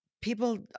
people